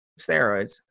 steroids